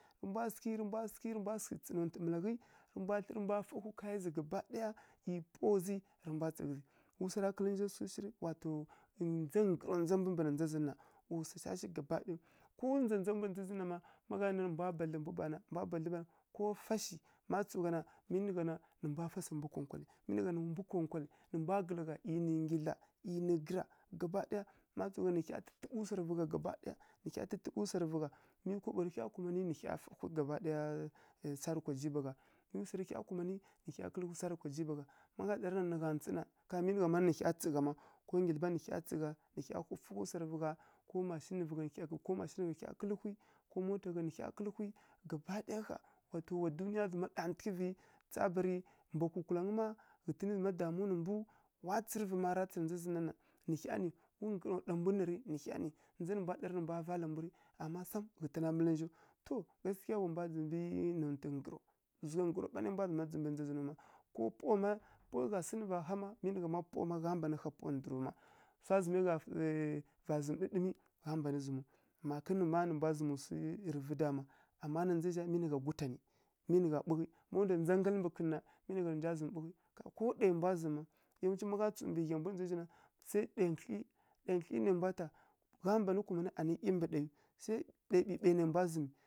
Rǝ mbwa sǝghǝi rǝ mbwa sǝghǝi rǝ mbwa sǝghǝ tsi nontǝ malaghǝ rǝ mbwa thlǝ fǝhwi kaya zǝ gaba ɗaya ˈyi pawa zǝ rǝ mbwa tsi ghǝzǝ wu swara kǝlǝ nja swu sǝghǝrǝ wa to wa to ndzai ndza ndza mbu mbǝ na ndza zǝn na ma gha nanǝ nǝ mbwa badlǝ ko fashi ma tsǝw gha na mi nǝ gha na nǝ mbwa fasa mbu nkonkwalǝ mi nǝ gha na nǝ mbwa ghǝla gha ˈyi nǝ ngyidla ˈyi nǝ gǝra gaba ɗaya ma tsǝw ghana nǝ hya tǝtǝɓǝ swarǝ gaba ɗaya vǝ gha nǝ hya tǝtǝɓǝ swarǝ vǝ gha mi kaɓo rǝ hya kumanǝ nǝ hya fǝhwi gaba ɗaya sarǝ kwa jiba gha mi swarǝ hya kumanǝ nǝ hya fǝhwi sarǝ kwa jiba gha ma gha ɗarǝ nǝ gha ntsǝ na nǝ hya tsi gha ko nǝ nǝ hya tsǝ gha nǝ hya fǝfǝhwi swarǝ vǝ gha ko mashi nǝ hya kǝlǝhwi ko mota nǝ hya kǝlǝhwi gaba ɗaya ƙha wa to wa duniya zǝma ɗantǝghǝvǝ tsabarǝ mbwa kukulangǝ ma ghǝtǝnǝ zǝma damu nǝ mbu wa tsǝrǝvǝ ma ra zǝma tsǝrǝvǝ na ndza zǝn na na nǝ hya nǝ wu nggǝro ɗa mbun na rǝ nǝ hya nǝ ndza nǝ ɗa nǝ mbwa vala mbu rǝ ama sam ghǝtǝn nǝ ninjaw to gaskiya wa mbwa ndzǝmbǝ nontǝ nggǝro zugha nggǝro ɓaw nai mbwa ndzǝmbǝ na ndza zǝn naw mma ko pawa mma nǝ gha há ma gha mban há pawa ndǝrǝw má swa zǝmai gha vara zǝm ɗǝɗǝmǝ gha mban zǝmǝw makǝ na mbwa zǝmǝ swi rǝ vǝ dama ama na ndza zǝ zha mi nǝ gha gutanǝ mi nǝ gha ɓughǝ ma ndwa ndza nggalǝ kǝn na mi nǝ gha ɓughǝ ko daiyai mbwa zǝm mma yawanci ma gha tsǝw mbǝ ghya mbu na ndza zǝ zha na sai dai nkǝthlyi dai nkǝtlyi nai mbwa ta gha mban kumanǝ ˈyi mbǝ daiyiw sai dai ɓǝɓai nai mbwa ta.